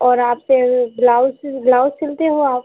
और आपसे blouse blouse सिलते हो आप